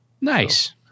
Nice